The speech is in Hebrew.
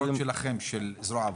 שלכם, של זרוע העבודה?